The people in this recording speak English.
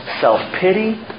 Self-pity